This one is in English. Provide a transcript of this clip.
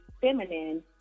feminine